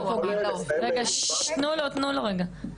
רגע, תנו לו לענות.